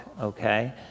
okay